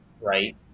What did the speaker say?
right